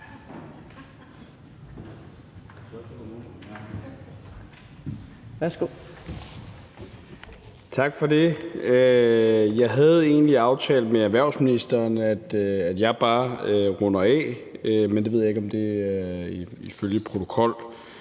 Tak for det. Jeg havde egentlig aftalt med erhvervsministeren, at jeg bare skulle runde af, men det ved jeg ikke om er efter protokollen.